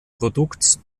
produkts